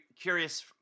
curious –